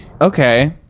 Okay